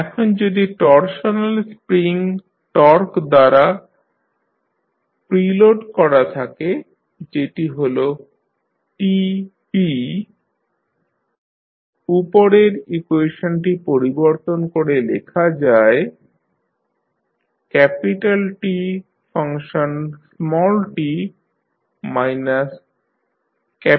এখন যদি torsional spring torque দ্বারা প্রিলোড করা থাকে যেটি হল TP উপরের ইকুয়েশনটি পরিবর্তন করে লেখা যায় Tt TPKθt